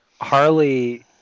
Harley